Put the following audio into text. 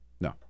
No